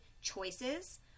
choices